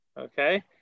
okay